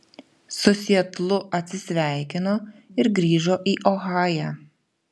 su sietlu atsisveikino ir grįžo į ohają